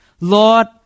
Lord